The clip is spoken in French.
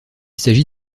s’agit